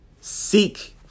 Seek